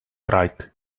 tried